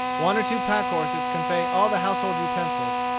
one or two pack-horses convey all the household utensils.